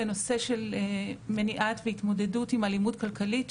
הנושא של מניעה והתמודדות עם אלימות כלכלית,